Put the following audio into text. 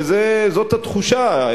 וזאת התחושה,